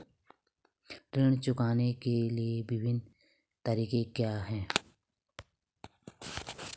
ऋण चुकाने के विभिन्न तरीके क्या हैं?